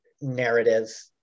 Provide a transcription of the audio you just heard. narrative